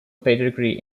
pedigree